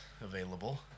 available